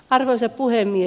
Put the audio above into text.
arvoisa puhemies